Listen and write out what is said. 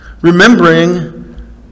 Remembering